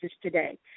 today